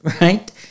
right